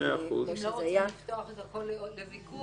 כמו שזה היה.